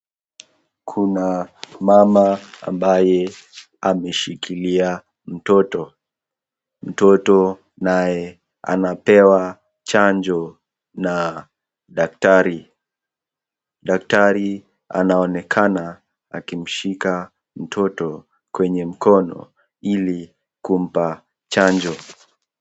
Kuna mama ambaye ameshikilia mtoto , mtoto naye anapewa chanjo na daktari , daktari anaonekana akimshika mtoto kwenye mkono , ili kumpafu chanjo.